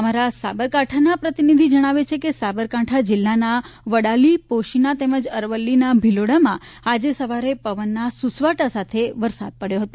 અમારા સાબરકાંઠાના પ્રતિનિધિ જણાવે છે કે સાબરકાંઠા જિલ્લાના વડાલી પોશીના તેમજ અરવલ્લીના ભીલોડામાં આજે સવારે પવનના સૂસવાટા સાથે વરસાદ પડ્યો હતો